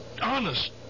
Honest